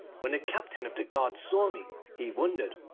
when the captain of the guard saw me, he wondered.